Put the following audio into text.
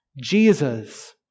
Jesus